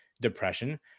depression